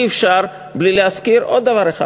אי-אפשר בלי להזכיר עוד דבר אחד.